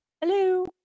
Hello